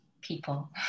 people